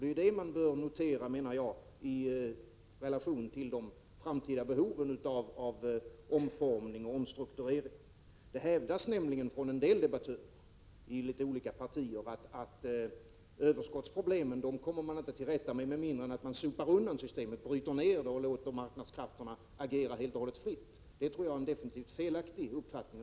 Det är det man bör notera, menar jag, i relation till de framtida behoven av omformning och omstrukturering. Det hävdas nämligen från en del debattörer i olika partier att man inte kommer till rätta med överskottsproblemen med mindre än att man sopar undan systemet, bryter ned det och låter marknadskrafterna agera helt och hållet fritt. Det tror jag är en definitivt felaktig uppfattning.